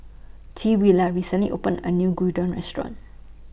Twila recently opened A New Gyudon Restaurant